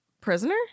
Prisoner